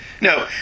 No